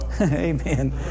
Amen